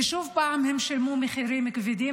ושוב פעם הם שילמו מחירים כבדים.